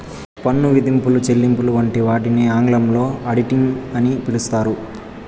పన్ను విధింపులు, చెల్లింపులు వంటి వాటిని ఆంగ్లంలో ఆడిటింగ్ అని పిలుత్తారు